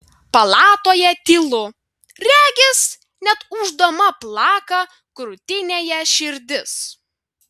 palatoje tylu regis net ūždama plaka krūtinėje širdis